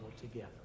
together